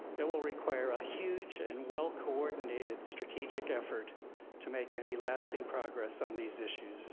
it will require a huge and well coordinated strategic effort to make any lasting progress on these issues